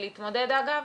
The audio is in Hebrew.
אגב,